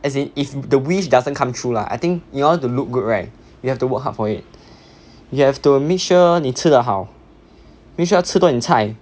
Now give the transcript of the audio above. as in if the wish doesn't come true lah I think in order to look good right you have to work hard for it you have to make sure 你吃的好 make sure 吃多一点菜